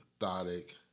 methodic